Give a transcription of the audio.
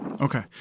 Okay